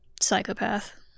psychopath